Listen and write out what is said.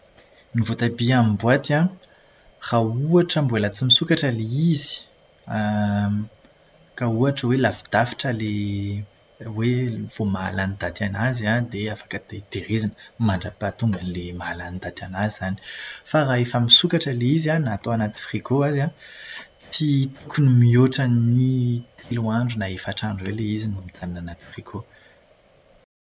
Ny voatabia amin'ny boaty an, raha ohatra mbola tsy misokatra ilay izy, ka ohatra hoe lavidavitra ilay hoe vao mahalany daty anazy an, dia afaka te- tahirizina mandra-pahatongan'ilay mahalany daty anazy izany. Fa raha efa misokatra ilay izy an, na atao anaty "frigo" ary an, tsy tokony mihoatra ny roa andro na efatr'andro eo ilay izy no mijanona anaty "frigo".